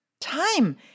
time